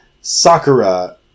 Sakura